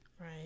Right